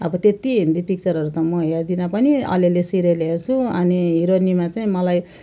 अब त्यति हिन्दी पिक्चरहरू त म हेर्दिनँ पनि अलिअलि सिरियल हेर्छु अनि हिरोनीमा चाहिँ मलाई